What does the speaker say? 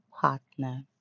partner